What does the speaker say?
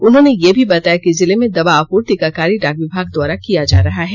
उन्होंने यह भी बताया कि जिले में दवा आपूर्ति का कार्य डाक विभाग द्वारा किया जा रहा है